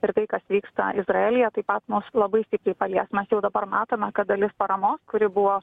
ir tai kas vyksta izraelyje taip pat mus labai stipriai palies mes jau dabar matome kad dalis paramos kuri buvo